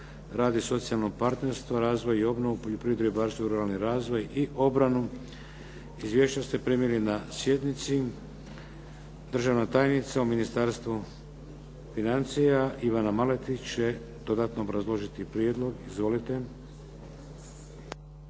rad i socijalno partnerstvo, razvoj i obnovu, poljoprivredu, ribarstvo i ruralni razvoj i obranu. Izvješća ste primili na sjednici. Državna tajnica u Ministarstvu financija Ivana Maletić će dodatno obrazložiti prijedlog. Izvolite.